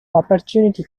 opportunity